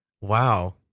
Wow